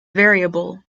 variable